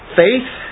faith